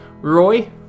Roy